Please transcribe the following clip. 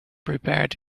appeared